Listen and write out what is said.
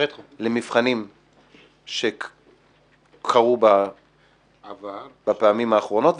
למבחנים שקרו בפעמים האחרונות,